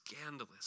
scandalous